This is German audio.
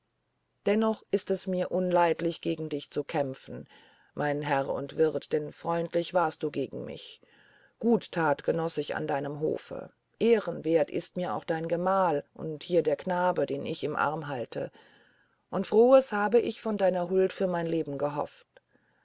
dennoch ist es mir unleidlich gegen dich zu kämpfen mein herr und wirt denn freundlich warst du gegen mich guttat genoß ich an deinem hofe ehrenwert ist mir auch dein gemahl und hier der knabe den ich im arm halte und frohes habe ich von deiner huld für mein leben gehofft